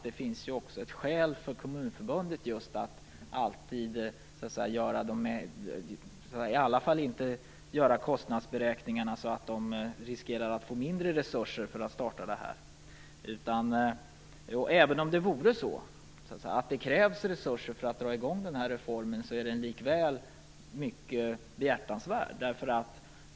Det finns ju skäl för Kommunförbundet att inte göra kostnadsberäkningarna på ett sätt som gör att de riskerar att få mindre resurser för att starta reformen. Även om det krävs resurser för att dra i gång reformen är den likväl behjärtansvärd.